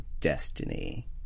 destiny